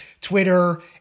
Twitter